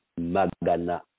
Magana